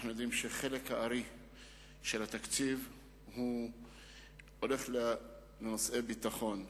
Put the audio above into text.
אנחנו יודעים שחלק הארי של התקציב הולך לנושאי ביטחון.